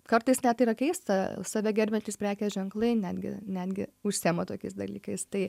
kartais net yra keista save gerbiantys prekės ženklai netgi netgi užsiema tokiais dalykais tai